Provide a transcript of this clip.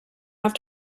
have